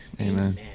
Amen